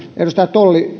edustaja